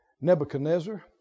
Nebuchadnezzar